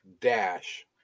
dash